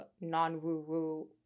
non-woo-woo